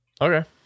Okay